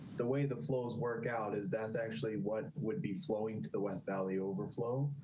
the way the flows workout is that's actually what would be flowing to the west valley overflow.